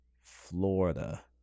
Florida